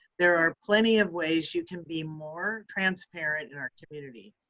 there are plenty of ways you can be more transparent in our community.